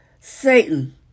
Satan